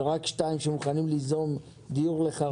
ורק שניים שמוכנים ליזום דיור לחרדים,